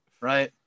right